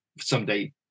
someday